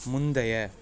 முந்தைய